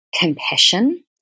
compassion